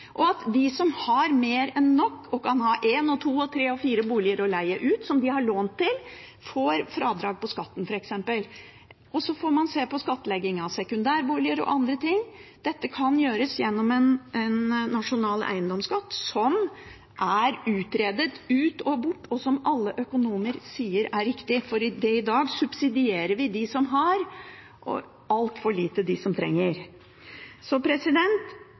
og at de som har mer enn nok, og som kan ha en og to og tre og fire boliger å leie ut, som de har lån til, får fradrag på skatten, f.eks. Og så får man se på skattleggingen av sekundærboliger og andre ting. Dette kan gjøres gjennom en nasjonal eiendomsskatt, som er utredet, ut og bort, og som alle økonomer sier er riktig, for i dag subsidierer vi dem som har bolig, og altfor lite dem som trenger det. Så